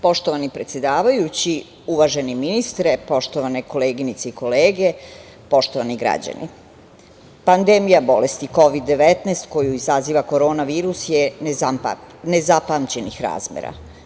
Poštovani predsedavajući, uvaženi ministre, poštovane koleginice i kolege, poštovani građani, pandemija bolesti Kovid – 19, koju izaziva korona virus je nezapamćenih razmera.